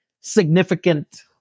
significant